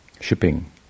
shipping